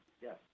Yes